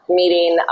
meeting